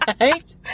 Right